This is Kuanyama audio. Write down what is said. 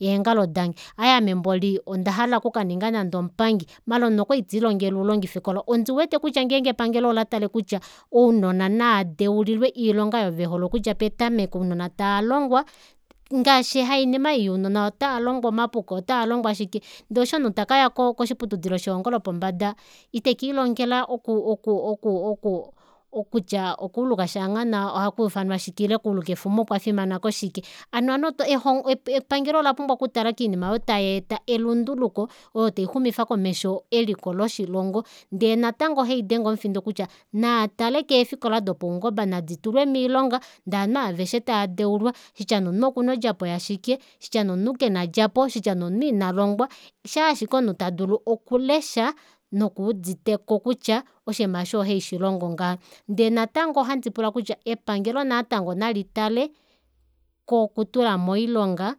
Eengalo dange aaye ame mboli onda hala kukaninga nande omupangi maala omunhu okwali telilongele oulongifikola ondiwete kutya ngeenge epangelo ola tale kutya ounona naadeulilwe oilonga aayo vehole okudja petameko ounona taa longwa ngaashi hainima ei younona taalongwa omapuka otalongwa shike ndee eshi omunhu takaya koshiputudilo shelongo lopombada itekiilongela oku- oku okutya okuulu ka shanghana ohakwiifanwa shike ile okuulu kwefuma okwafimana koshike hano ovanhu eho epangelo ola pumbwa okutala koinima aayo tayeeta elunduluko oyo taixumifa komesho eliko loshilongo ndee natango ohaidenge omufindo kutya naatale keefikola dopaungoba nadi tulwe moilonga ndee ovanhu aveshe tava deulwa kutya nee omunhu okuna ondjapo yashike shitya nee omunhu kena odjapo shitya nee omunhu inalongwa shaashike omunhu tadulu okulesha nokuuditeko kutya oshiima eshi ohaishilongo ngaha ndee natango ohandi pula kutya epangelo natango nalitale kokutula moilonga